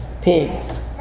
pigs